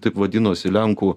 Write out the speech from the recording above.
taip vadinosi lenkų